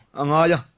angaya